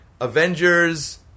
Avengers